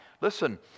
Listen